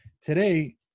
Today